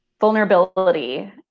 vulnerability